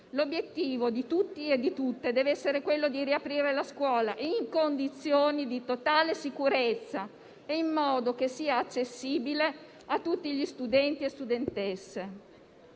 L'obiettivo di tutti e di tutte deve essere quello di riaprire la scuola in condizioni di totale sicurezza e in modo che sia accessibile a tutti gli studenti e le studentesse.